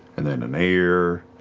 and then an ear.